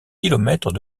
kilomètres